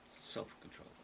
Self-control